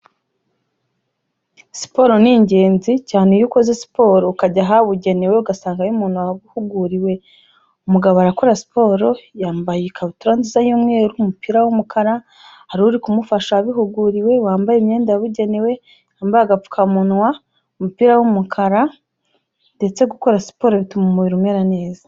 Siporo ni ingenzi cyane iyo ukoze siporo ukajya ahabugenewe ugasangayo umuntu wahuguriwe, umugabo arakora siporo, yambaye ikabutura nziza y'umweru, umupira w'umukara hari uri kumufasha wabihuguriwe, wambaye imyenda yabugenewe yambaye agapfukamunwa, umupira w'umukara ndetse gukora siporo bituma umubiri umera neza.